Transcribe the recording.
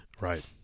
Right